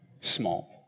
small